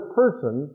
person